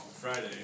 Friday